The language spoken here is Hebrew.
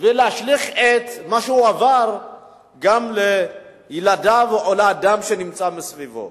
ולהשליך את מה שהוא עבר גם על ילדיו או אדם שנמצא בסביבתו.